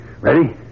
Ready